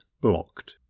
blocked